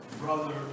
brother